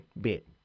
bit